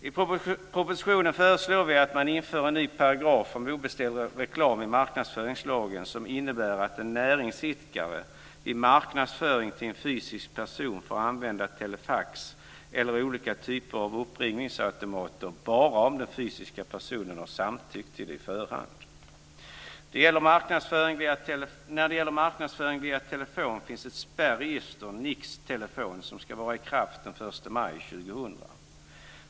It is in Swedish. I propositionen föreslår vi att man inför en ny paragraf om obeställd reklam i marknadsföringslagen som innebär att en näringsidkare i marknadsföring till en fysisk person får använda telefax eller olika typer av uppringningsautomater bara om den fysiska personen har samtyckt till det i förhand. När det gäller marknadsföring via telefon finns ett spärregister, NIX-telefon, som ska vara i kraft den 1 maj 2000.